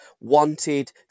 wanted